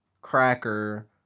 Cracker